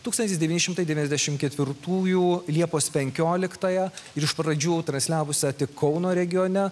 tūkstantis devyni šimtai devyniasdešimt ketvirtųjų liepos penkioliktąją ir iš pradžių transliavusią tik kauno regione